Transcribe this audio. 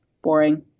Boring